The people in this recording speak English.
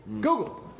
Google